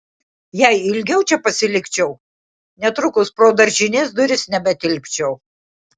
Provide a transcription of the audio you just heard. jei ilgiau čia pasilikčiau netrukus pro daržinės duris nebetilpčiau